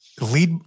lead